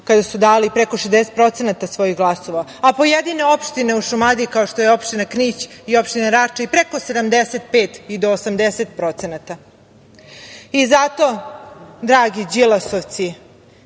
kada su dali preko 60% svojih glasova. Pojedine opštine u Šumadiji, kao što je opština Knić i opština Rača, i preko 75 i do 80%.Zato, dragi Đilasovci,